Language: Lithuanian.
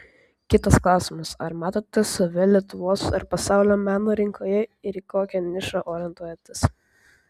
kitas klausimas ar matote save lietuvos ar pasaulio meno rinkoje ir į kokią nišą orientuojatės